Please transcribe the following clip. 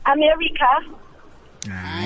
America